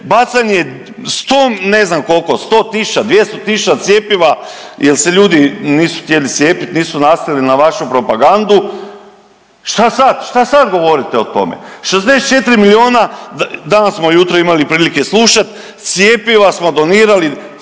bacanje 100 ne znam koliko, 100 tisuća, 200 tisuća cjepiva jer se ljudi nisu htjeli cijepiti, nisu nasjeli na vašu propagandu. Šta sad, šta sad govorite o tome? 64 miliona, danas smo ujutro imali prilike slušat, cjepiva smo donirali,